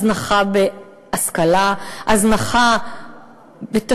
הזנחה בהשכלה,